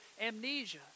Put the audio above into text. amnesia